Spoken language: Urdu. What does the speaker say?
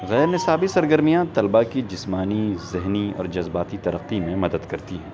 غیر نصابی سرگرمیاں طلبہ کی جسمانی ذہنی اور جذباتی ترقی میں مدد کرتی ہیں